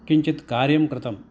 किञ्चित् कार्यं कृतम्